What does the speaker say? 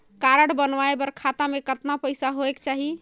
Card बनवाय बर खाता मे कतना पईसा होएक चाही?